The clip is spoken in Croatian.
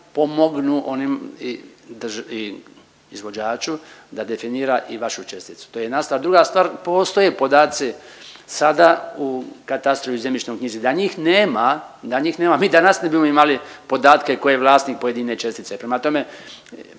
pomognu onom izvođaču da definira i vašu česticu, to je jedna stvar. A druga stvar, postoje podaci sada u katastru i zemljišnoj knjizi da njih nema, da njih nema mi danas ne bimo imali podatke ko je vlasnik pojedine čestice. Prema tome,